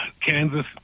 Kansas